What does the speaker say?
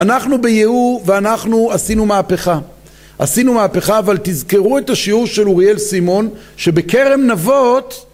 אנחנו בייעור ואנחנו עשינו מהפכה. עשינו מהפכה, אבל תזכרו את השיעור של אוריאל סימון, שבקרם נבות